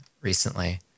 recently